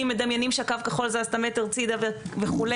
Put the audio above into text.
מדמיינים שהקו הכחול זז את המטר הצידה וכו',